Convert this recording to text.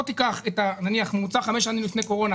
או תיקח ממוצע חמש שנים לפני קורונה,